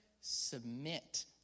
submit